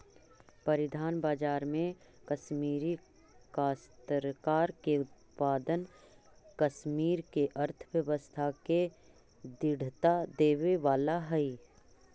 परिधान बाजार में कश्मीरी काश्तकार के उत्पाद कश्मीर के अर्थव्यवस्था के दृढ़ता देवे वाला हई